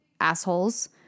assholes